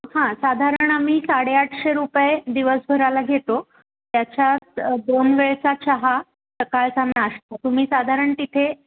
हां साधारण आम्ही साडे आठशे रुपये दिवसभराला घेतो त्याच्यात दोन वेळेचा चहा सकाळचा नाश्ता तुम्ही साधारण तिथे